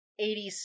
80s